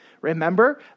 Remember